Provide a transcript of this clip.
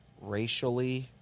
racially